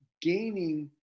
gaining